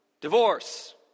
Divorce